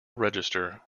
register